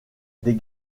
des